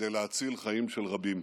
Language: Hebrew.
כדי להציל חיים של רבים.